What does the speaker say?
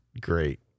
great